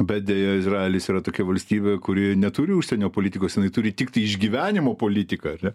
bet deja izraelis yra tokia valstybė kuri neturi užsienio politikos jinai turi tiktai išgyvenimo politiką